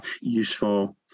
useful